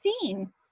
seen